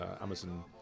Amazon